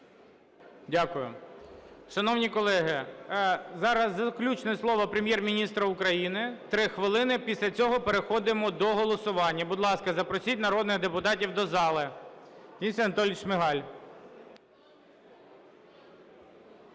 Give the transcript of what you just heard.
Дякую. Шановні колеги, зараз заключне слово Прем'єр-міністра України – 3 хвилини. Після цього переходимо до голосування. Будь ласка, запросіть народних депутатів до зали. Денис Анатолійович Шмигаль.